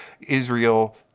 Israel